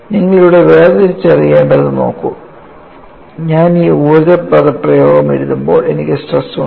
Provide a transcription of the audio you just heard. നിങ്ങൾ ഇവിടെ വേർതിരിച്ചറിയേണ്ടത് നോക്കൂ ഞാൻ ഈ ഊർജ്ജ പദപ്രയോഗം എഴുതുമ്പോൾ എനിക്ക് സ്ട്രെസ് ഉണ്ട്